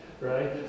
right